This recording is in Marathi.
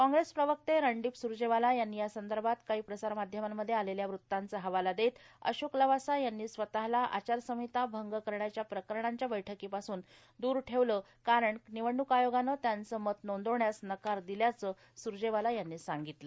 कॉग्रेस प्रवक्ते रणदीप स्रजेवाला यांनी यासंदर्भात काही प्रसारमाध्यमांमध्ये आलेल्या वृत्तांचा हवाला देत अशोक लवासा यांनी स्वतःला आचारसंहिता अंग करण्याच्या प्रकरणांच्या बैठकीपासून स्वतःला दूर ठेवले कारण निवडणूक आयोगान त्यांच मत नोंदवण्यास नकार दिल्याच स्रजेवाला यांनी सांगितल